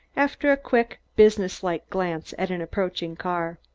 after a quick, business-like glance at an approaching car.